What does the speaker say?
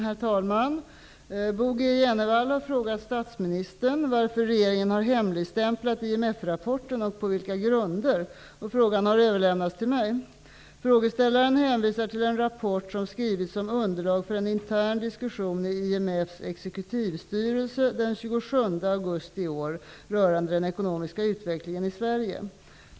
Herr talman! Bo G Jenevall har frågat statsministern varför regeringen hemligstämplat IMF-rapporten och på vilka grunder. Frågan har överlämnats till mig. Frågeställaren hänvisar till en rapport som skrivits som underlag för en intern diskussion i IMF:s exekutivstyrelse den 27 augusti i år rörande den ekonomiska utvecklingen i Sverige.